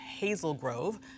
Hazelgrove